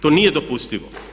To nije dopustivo.